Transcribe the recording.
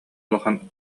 улахан